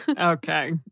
Okay